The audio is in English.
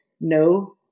No